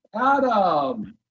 Adam